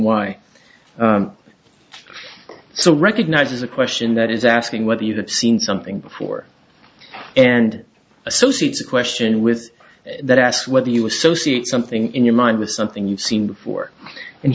why so recognizes a question that is asking whether you have seen something before and associates a question with that asked whether you associate something in your mind with something you've seen before and